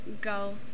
go